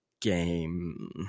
game